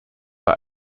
bei